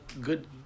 good